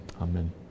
Amen